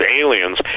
aliens